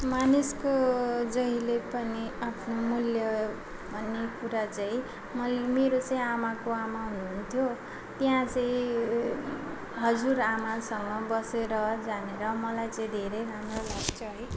मानिसको जहिले पनि आफ्नो मूल्य भन्ने कुरा चाहिँ मैले मेरो चाहिँ आमाको आमा हुनु हुन्थ्यो त्यहाँ चाहिँ हजुरआमासँग बसेर जानेर मलाई चाहिँ धेरै राम्रो लाग्छ है